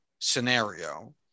scenario